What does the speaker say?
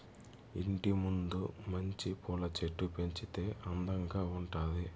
ఇంటి ముందు మంచి పూల చెట్లు పెంచితే అందంగా ఉండాది